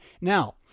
Now